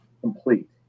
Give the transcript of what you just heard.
complete